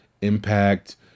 Impact